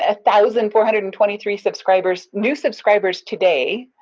ah thousand four hundred and twenty three subscribers, new subscribers today.